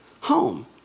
home